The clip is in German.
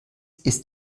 ist